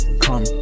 come